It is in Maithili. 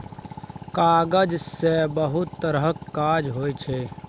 कागज सँ बहुत तरहक काज होइ छै